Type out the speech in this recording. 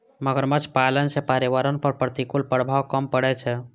मगरमच्छ पालन सं पर्यावरण पर प्रतिकूल प्रभाव कम पड़ै छै